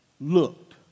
looked